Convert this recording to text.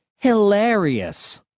hilarious